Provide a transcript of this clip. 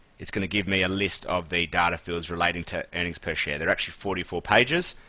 it's going to give me a list of the data fields relating to earnings per share. there's actually forty four pages,